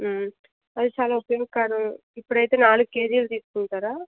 అదే సగం ఇప్పుడు అయితే నాలుగు కేజీలు తీసుకుంటారా